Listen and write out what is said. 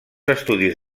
estudis